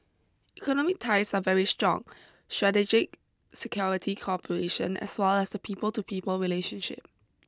economic ties are very strong strategic security cooperation as well as the people to people relationship